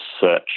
search